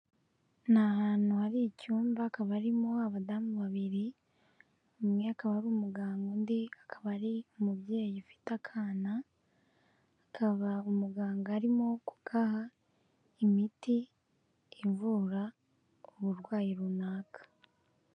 Ni ahantu hari icyumba hakaba harimo abadamu babiri, umwe akaba ari umuganga undi akaba ari umubyeyi ufite akana, akaba umuganga arimo kugaha imiti ivura uburwayi runaka.